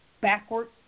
backwards